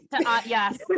Yes